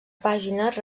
pàgines